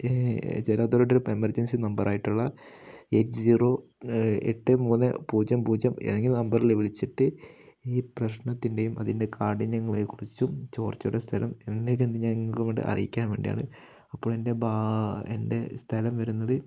ജല അതോറിറ്റിയുടെ ഒരു എമർജൻസി നമ്പറായിട്ടുള്ള എയ്റ്റ് ജീറോ എട്ട് മൂന്ന് പൂജ്യം പൂജ്യം നമ്പറില് വിളിച്ചിട്ട് ഈ പ്രശ്നത്തിൻ്റെയും അതിൻ്റെ കാഠിന്യങ്ങളെക്കുറിച്ചും ചോര്ച്ചയുടെ സ്ഥലം എന്നൊക്കെ ങ്ങക്ക് വേണ്ടി അറിയിക്കാൻ വേണ്ടിയാണ് അപ്പോൾ എൻ്റെ എൻ്റെ സ്ഥലം വരുന്നത്